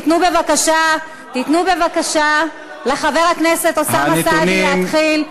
תיתנו בבקשה לחבר הכנסת אוסאמה סעדי להתחיל.